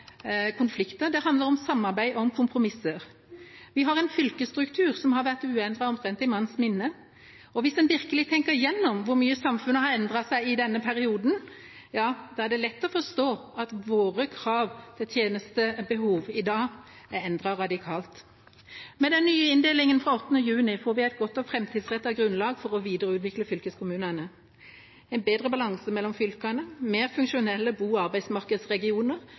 konflikter, det handler om samarbeid og om kompromisser. Vi har en fylkesstruktur som har vært uendret omtrent i manns minne, og hvis en virkelig tenker gjennom hvor mye samfunnet har endret seg i denne perioden, er det lett å forstå at våre krav til tjenestebehov i dag er endret radikalt. Med den nye inndelingen fra 8. juni får vi et godt og framtidsrettet grunnlag for å videreutvikle fylkeskommunene, en bedre balanse mellom fylkene, mer funksjonelle bo- og arbeidsmarkedsregioner